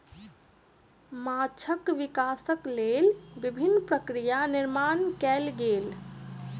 माँछक विकासक लेल विभिन्न प्रक्रिया निर्माण कयल गेल